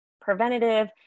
preventative